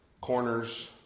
Corners